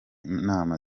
nama